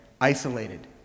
Isolated